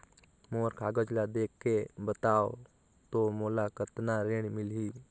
मोर कागज ला देखके बताव तो मोला कतना ऋण मिलही?